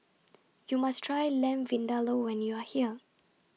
YOU must Try Lamb Vindaloo when YOU Are here